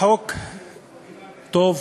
החוק טוב.